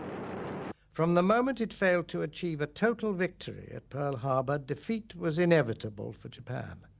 from the moment it failed to achieve a total victory at pearl harbor, defeat was inevitable for japan.